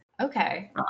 okay